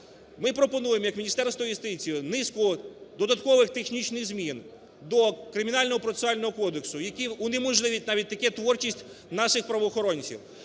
Ми пропонуємо як Міністерство юстиції низку додаткових технічних змін до Кримінально-процесуального кодексу, який унеможливить навіть таку творчість наших правоохоронців.